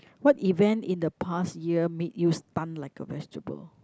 what event in the past year made you stunned like a vegetable